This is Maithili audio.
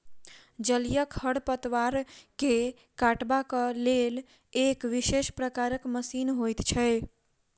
जलीय खढ़पतवार के काटबाक लेल एक विशेष प्रकारक मशीन होइत छै